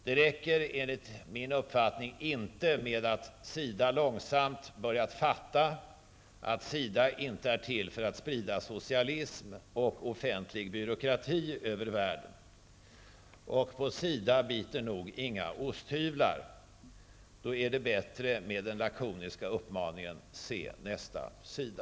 Det räcker enligt min uppfattning inte med att SIDA långsamt börjat fatta att SIDA inte är till för att sprida socialism och offentlig byråkrati över världen. På SIDA biter nog inga osthyvlar. Då är det bättre med den lakoniska uppmaningen: Se nästa SIDA!